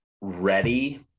ready